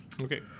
Okay